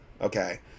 Okay